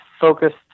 focused